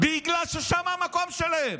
בעיקר ששם המקום שלהם.